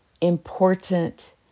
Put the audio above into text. important